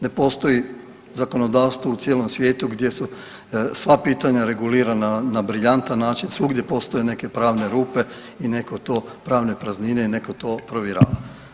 Ne postoji zakonodavstvo u cijelom svijetu gdje su sva pitanja regulirana na briljantan način, svugdje postoje neke pravne rupe i neke pravne praznine i netko to provjerava.